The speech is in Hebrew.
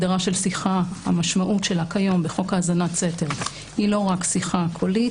המשמעות של הגדרה של שיחה כיום בחוק האזנת סתר היא לא רק שיחה קולית,